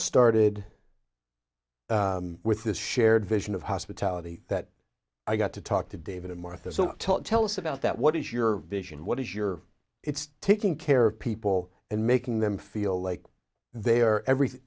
started with this shared vision of hospitality that i got to talk to david in martha's talk tell us about that what is your vision what is your it's taking care of people and making them feel like they are every